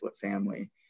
family